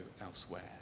elsewhere